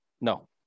no